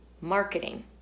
Marketing